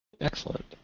Excellent